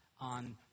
on